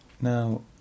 Now